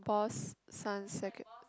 pause son